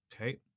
Okay